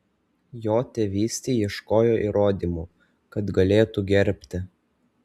jo tėvystei ieškojo įrodymų kad galėtų gerbti